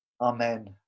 amen